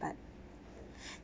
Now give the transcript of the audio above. but